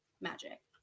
magic